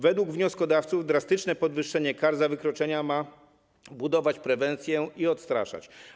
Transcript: Według wnioskodawców drastyczne podwyższenie kar za wykroczenia ma budować prewencję i odstraszać.